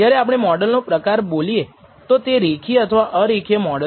જ્યારે આપણે મોડેલ ના પ્રકાર બોલીએ તો તે રેખીય અથવા અરેખીય મોડલ છે